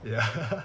ya